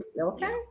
Okay